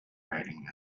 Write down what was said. writing